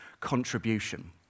contribution